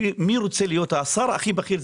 מי רוצה להיות השר הכי בכיר?